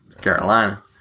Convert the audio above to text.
Carolina